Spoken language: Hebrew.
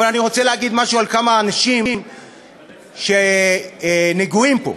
אבל אני רוצה להגיד משהו על כמה אנשים שנגועים פה,